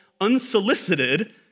unsolicited